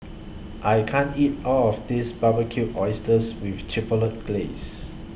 I can't eat All of This Barbecued Oysters with Chipotle Glaze